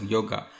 Yoga